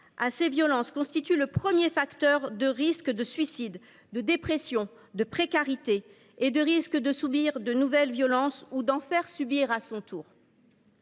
à ces violences constitue le premier facteur de risque de suicide, de dépression, de précarité et qu’elle accroît le risque de subir de nouvelles violences ou d’en faire subir à son tour.